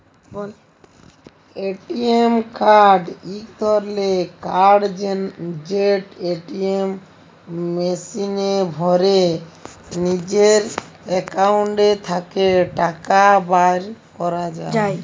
ATM card ইক ধরলের card যেট এটিএম মেশিলে ভ্যরে লিজের একাউল্ট থ্যাকে টাকা বাইর ক্যরা যায়